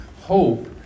Hope